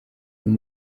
uyu